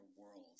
world